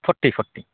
forty forty